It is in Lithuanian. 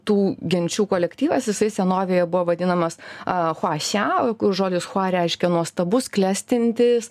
tų genčių kolektyvas jisai senovėje buvo vadinamas chua sia žodis chua reiškia nuostabus klestintis